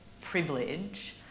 privilege